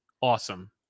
awesome